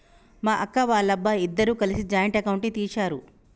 మా అక్క, వాళ్ళబ్బాయి ఇద్దరూ కలిసి జాయింట్ అకౌంట్ ని తీశారు